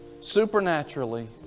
Supernaturally